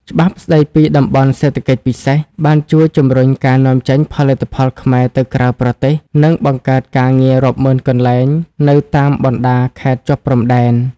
ច្បាប់ស្ដីពីតំបន់សេដ្ឋកិច្ចពិសេស បានជួយជំរុញការនាំចេញផលិតផលខ្មែរទៅក្រៅប្រទេស និងបង្កើតការងាររាប់ម៉ឺនកន្លែងនៅតាមបណ្ដាខេត្តជាប់ព្រំដែន។